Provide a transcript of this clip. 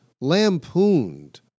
lampooned